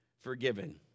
forgiven